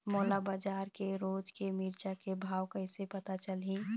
मोला बजार के रोज के मिरचा के भाव कइसे पता चलही?